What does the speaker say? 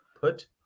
put